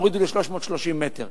הורידו ל-330 מטר.